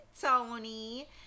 tony